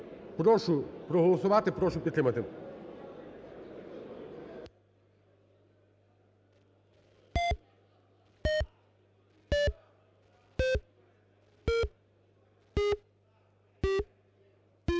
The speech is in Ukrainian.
Прошу проголосувати, прошу підтримати.